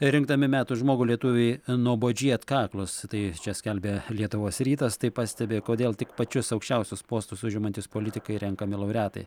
rinkdami metų žmogų lietuviai nuobodžiai atkaklūs tai skelbia lietuvos rytas tai pastebi kodėl tik pačius aukščiausius postus užimantys politikai renkami laureatai